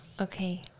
Okay